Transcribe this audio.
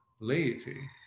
laity